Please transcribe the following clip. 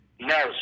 no